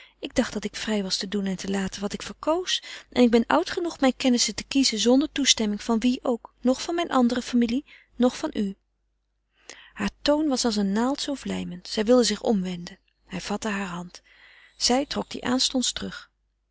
ik dacht dat ik vrij was te doen en te laten wat ik verkoos en ik ben oud genoeg mijn kennissen te kiezen zonder toestemming van wien ook noch van mijn andere familie noch van u haar toon was als een naald zoo vlijmend zij wilde zich omwenden hij vatte haar hand zij trok die aanstonds terug